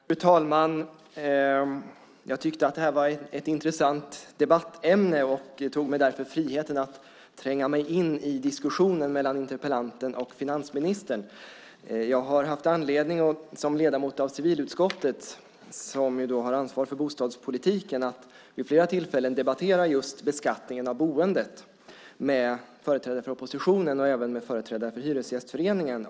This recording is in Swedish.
Fru talman! Jag tyckte att det här var ett intressant debattämne och tog mig därför friheten att tränga mig in i diskussionen mellan interpellanten och finansministern. Jag har som ledamot av civilutskottet, som ju har ansvar för bostadspolitiken, haft anledning att vid flera tillfällen debattera just beskattningen av boendet med företrädare för oppositionen och även med företrädare för Hyresgästföreningen.